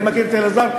אני מכיר את אלעזר,